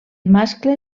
mascle